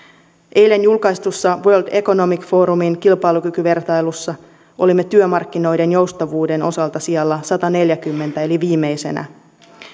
eilen julkaistussa world economic forumin kilpailukykyvertailussa olimme työmarkkinoiden joustavuuden osalta sijalla sataneljäkymmentä eli viimeisenä